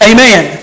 Amen